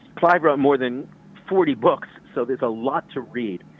clayburgh more than forty books. so there's a lot to read.